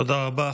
תודה רבה.